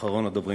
אחרון הדוברים.